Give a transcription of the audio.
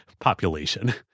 population